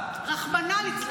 רחמא ליצלן, לצה"ל.